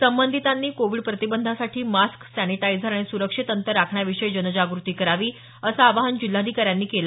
संबंधितांनी कोविड प्रतिबंधासाठी mask sanitiser आणि स्रक्षित अंतर राखण्याविषयी जनजागृती करावी असं आवाहन जिल्हाधिकाऱ्यांनी केलं